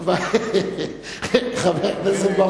אני מציע, יש טישיו?